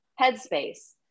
Headspace